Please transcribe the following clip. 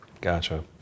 gotcha